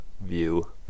view